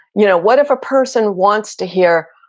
you know what if a person wants to hear,